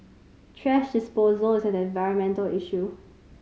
thrash disposal is an environmental issue